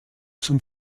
zum